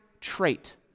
trait